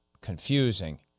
confusing